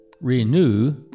renew